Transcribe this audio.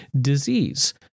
disease